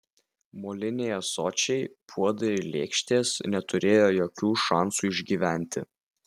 moliniai ąsočiai puodai ir lėkštės neturėjo jokių šansų išgyventi